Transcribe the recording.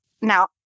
now